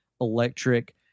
electric